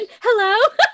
hello